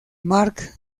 marc